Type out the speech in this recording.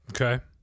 Okay